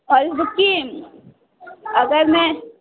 اور اس بک کی اگر میں